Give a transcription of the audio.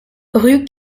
rue